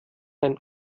ein